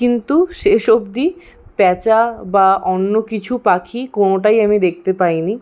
কিন্তু শেষ অবধি প্যাঁচা বা অন্য কিছু পাখি কোনোটাই আমি দেখতে পাইনি